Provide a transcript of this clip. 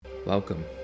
Welcome